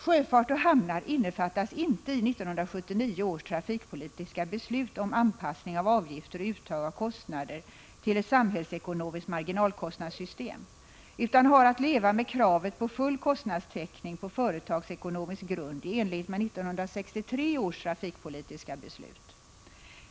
Sjöfart och hamnar innefattas inte i 1979 års trafikpolitiska beslut om anpassning av avgifter och uttag av kostnader till ett samhällsekonomiskt marginalkostnadssystem utan har att leva med kravet på full kostnadstäckning på företagsekonomisk grund i enlighet med 1963 års trafikpolitiska beslut.